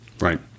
right